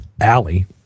alley